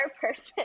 person